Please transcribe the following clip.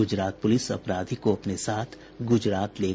Gujarat police अपराधी को अपने साथ गुजरात ले गयी है